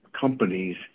companies